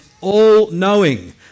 all-knowing